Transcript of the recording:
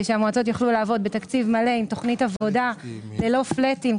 שהמועצות יוכלו לעבוד בתקציב מלא עם תוכנית עבודה ללא פלאטים.